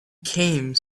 came